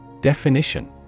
Definition